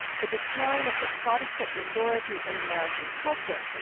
the decline of the protestant majority in american culture,